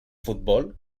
futbol